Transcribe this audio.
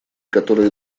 которые